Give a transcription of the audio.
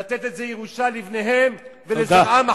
לתת את זה ירושה לבניהם, תודה.